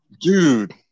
Dude